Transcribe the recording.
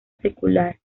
secular